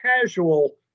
casual